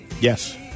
Yes